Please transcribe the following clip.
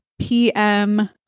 PM